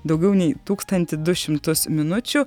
daugiau nei tūkstantį du šimtus minučių